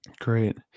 great